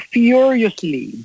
furiously